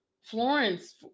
Florence